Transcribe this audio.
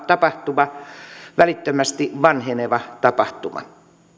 tapahtuva välittömästi vanheneva tapahtuma